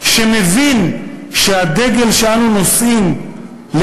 שמבין שהדגל שאנו נושאים,